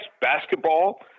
basketball